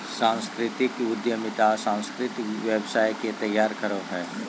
सांस्कृतिक उद्यमिता सांस्कृतिक व्यवसाय के तैयार करो हय